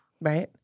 right